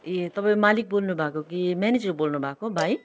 ए तपाईँ मालिक बोल्नु भएको कि म्यानेजर बोल्नु भएको भाइ